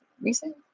recent